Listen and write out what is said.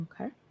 okay